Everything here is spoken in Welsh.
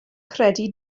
credu